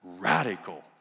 Radical